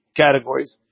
categories